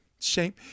shame